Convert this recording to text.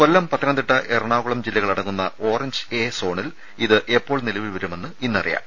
കൊല്ലം പത്തനംതിട്ട എറണാകുളം ജില്ലകളടങ്ങുന്ന orange A സോണിൽ ഇത് എപ്പോൾ നിലവിൽ വരുമെന്ന് ഇന്ന് അറിയാം